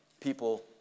people